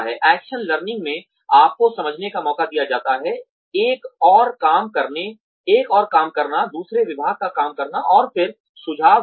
action learning में आपको समझने का मौका दिया जाता है एक और काम करना दूसरे विभाग का काम करना और फिर सुझाव देना